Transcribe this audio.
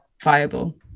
viable